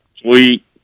Sweet